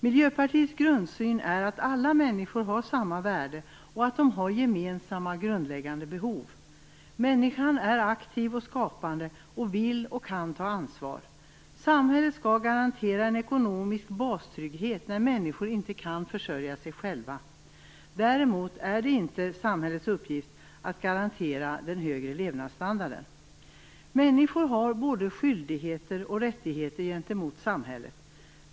Miljöpartiets grundsyn är att alla människor har samma värde, och gemensamma grundläggande behov. Människan är aktiv och skapande. Hon vill och kan ta ansvar. Samhället skall garantera en ekonomisk bastrygghet när människor inte kan försörja sig själva. Däremot är det inte samhällets uppgift att garantera en hög levnadsstandard. Människor har både skyldigheter och rättigheter gentemot samhället.